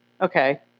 Okay